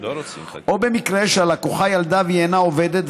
או הלקוחה ילדה והיא אינה עובדת,